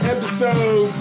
Episode